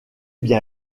bien